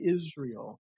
Israel